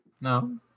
No